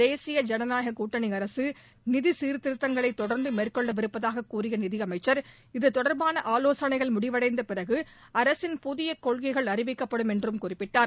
தேசிய ஜனநாயக கூட்டணி அரசு நிதி சீரத்திருத்தங்களை தொடர்ந்து மேற்கொள்ளவிருப்பதாக கூறிய நிதியமைச்சர் இத்தொடர்பான ஆவோசனைகள் முடிவடைந்த பிறகு அரசின் புதிய கொள்கைகள் அறிவிக்கப்படும் என்றும் குறிப்பிட்டார்